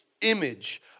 image